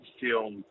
film